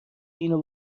اینو